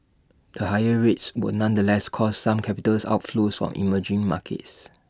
the higher rates would nonetheless cause some capitals outflows from emerging markets